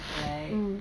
mm